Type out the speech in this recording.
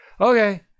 Okay